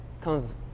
comes